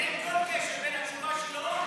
אין שום קשר בין התשובה שלו,